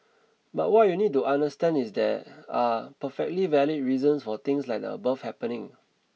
but what you need to understand is there are perfectly valid reasons for things like the above happening